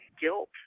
guilt